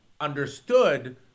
understood